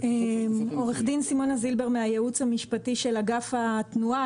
הייעוץ המשפטי של אגף התנועה.